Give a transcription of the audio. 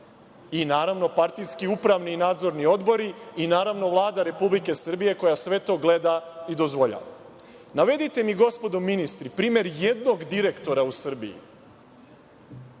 i, naravno, partijski upravni i nadzorni odbori, kao i Vlada Republike Srbije koja sve to gleda i dozvoljava. Navedite mi, gospodo ministri, primer jednog direktora u Srbiji